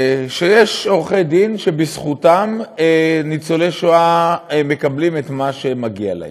שיש עורכי דין שבזכותם ניצולי שואה מקבלים את מה שמגיע להם.